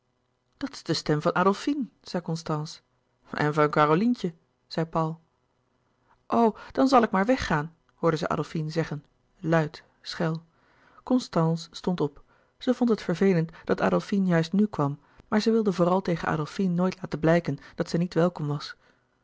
dat is de stem van adolfine zei constance en van carolientje zei paul o dan zal ik maar weggaan hoorden zij adolfine zeggen luid schel constance stond op zij vond het vervelend dat adolfine juist nu kwam maar zij wilde vooral tegen adolfine nooit laten blijken dat zij niet welkom was